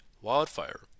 wildfire